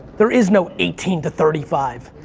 there is no eighteen to thirty five.